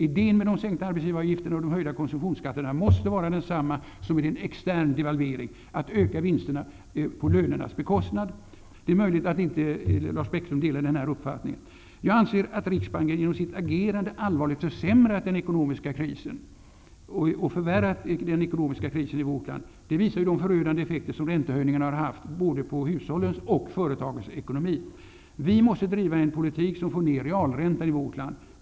Idén med de sänkta arbetsgivaravgifterna och de höjda konsumtionsskatterna måste vara densamma som med en `extern` devalvering -- att öka vinsterna på lönernas bekostnad!'' Det är möjligt att Lars Bäckström inte delar den här uppfattningen. Jag anser att riksbanken genom sitt agerande allvarligt förvärrat den ekonomiska krisen i vårt land. Det visar de förödande effekter som räntehöjningarna har haft på både hushållens och företagens ekonomi. Vi måste driva en politik som får ner realräntan i vårt land.